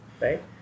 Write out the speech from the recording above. right